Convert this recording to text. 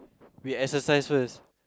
we exercise first